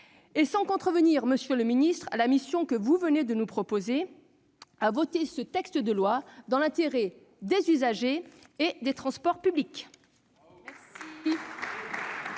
sans contrevenir, monsieur le secrétaire d'État, à la mission que vous venez de nous proposer, à voter ce texte de loi, dans l'intérêt des usagers et des transports publics.